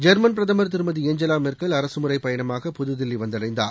German பிரதமர் திருமதி Angela Merkel அரசுமுறை பயணமாக புதுதில்லி வந்தடைந்தார்